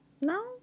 no